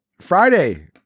Friday